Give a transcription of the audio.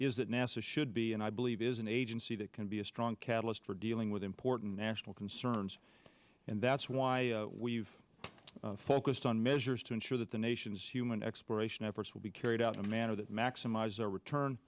nasa should be and i believe is an agency that can be a strong catalyst for dealing with important national concerns and that's why we've focused on measures to ensure that the nation's human exploration efforts will be carried out a manner that maximize our return